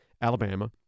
Alabama